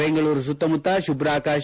ಬೆಂಗಳೂರು ಸುತ್ತಮುತ್ತ ಶುಭ್ರ ಆಕಾಶ